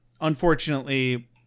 unfortunately